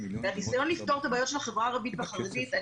הניסיון לפתור את הבעיות של החברה הערבית והחרדית על